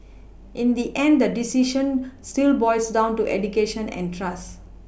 in the end the decision still boils down to education and trust